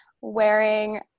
wearing